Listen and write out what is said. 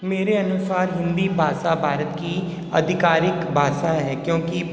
मेरे अनुसार हिंदी भाषा भारत की अधिकारिक भाषा है क्योंकि